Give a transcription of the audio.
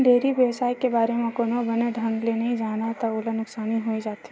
dairy बेवसाय के बारे म कोनो बने ढंग ले नइ जानय त ओला नुकसानी होइ जाथे